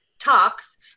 talks